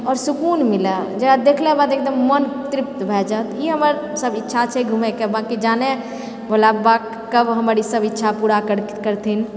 आओर सुकून मिलए जकरा देखलाके बाद मन एकदम तृप्त भए जाएत ई सब हमर इच्छा छै घूमएके बाँकि जाने भोला बाबा कब हमर ई सब इच्छा पूरा करथिन